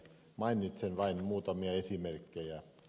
mainitsen vain muutamia esimerkkejä